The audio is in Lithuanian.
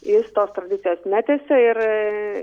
jis tos tradicijos netęsė ir